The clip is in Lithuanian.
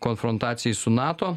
konfrontacijai su nato